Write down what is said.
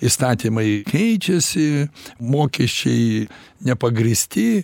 įstatymai keičiasi mokesčiai nepagrįsti